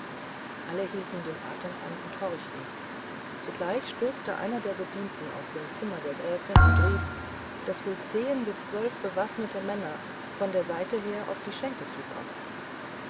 alle hielten den atem an und horchten zugleich stürzte einer der bedienten aus dem zimmer der gräfin und rief daß wohl zehen bis zwölf bewaffnete männer von der seite her auf die schenke zukommen